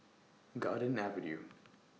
Garden Avenue